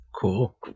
Cool